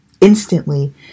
Instantly